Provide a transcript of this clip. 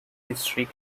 history